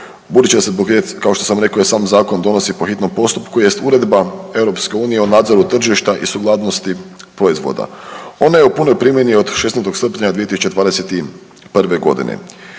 budući da se kao što sam rekao i sam zakon donosi po hitnom postupku jest Uredba Europske unije o nadzoru tržišta i sukladnosti proizvoda. Ona je u punoj primjeni od 16. srpnja 2021. godine.